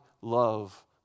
love